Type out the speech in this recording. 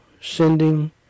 sending